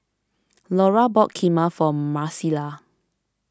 Lora bought Kheema for Marcela